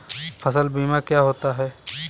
फसल बीमा क्या होता है?